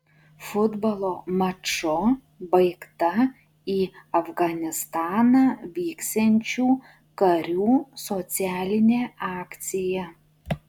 futbolo maču baigta į afganistaną vyksiančių karių socialinė akcija